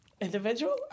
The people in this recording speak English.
Individual